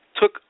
took